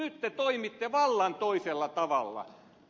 nyt te toimitte vallan toisella tavalla